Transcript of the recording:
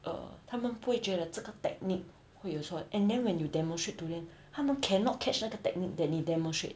err 他们不会觉得这个 technique 会有错 and then when you demonstrate to them 他们 cannot catch 那个 technique that 你 demonstrate